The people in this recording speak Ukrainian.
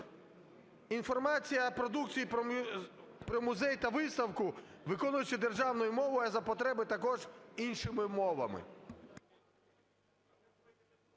"Інформація продукції про музей та виставку виконується державною мовою, а за потреби також іншими мовами".